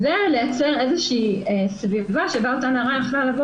ולייצר איזו שהיא סביבה שבה אותה נערה יכלה לבוא